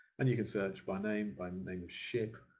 and you can search by name, by name of ship,